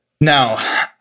Now